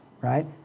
Right